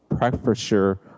Prefecture